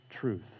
truth